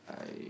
I